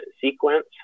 sequence